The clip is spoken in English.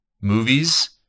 movies